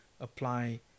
apply